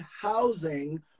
housing